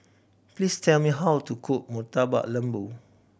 please tell me how to cook Murtabak Lembu